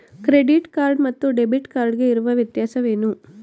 Credit card ಮತ್ತು debit card ಗೆ ಇರುವ ವ್ಯತ್ಯಾಸವೇನು?